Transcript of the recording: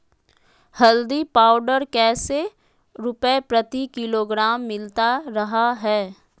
हल्दी पाउडर कैसे रुपए प्रति किलोग्राम मिलता रहा है?